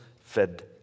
fed